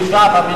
בושה.